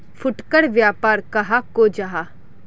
फुटकर व्यापार कहाक को जाहा?